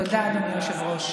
תודה, אדוני היושב-ראש.